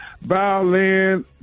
violin